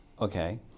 Okay